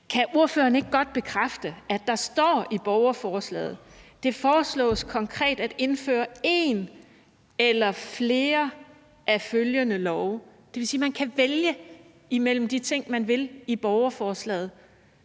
Kan ordføreren ikke godt bekræfte, at der står i borgerforslaget, at det foreslås konkret at indføre en eller flere følgende love? Det vil sige, at man kan vælge imellem de ting, man vil, i borgerforslaget.